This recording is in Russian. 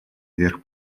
вверх